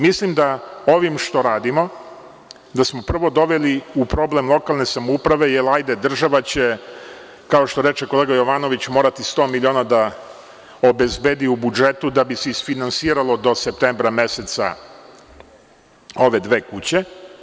Mislim da smo ovim što radimo prvo doveli u problem lokalne samouprave jer, hajde, država će, kao što reče kolega Jovanović, morati sto miliona da obezbedi u budžetu da bi se isfinansiralo do septembra meseca ove dve kuće.